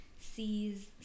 sees